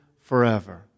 forever